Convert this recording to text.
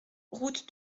route